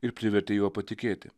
ir privertė juo patikėti